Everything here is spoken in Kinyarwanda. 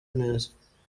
neza